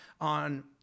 on